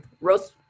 roast